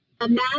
imagine